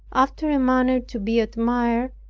after a manner to be admired,